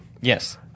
Yes